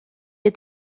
est